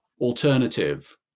alternative